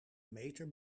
meter